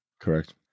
Correct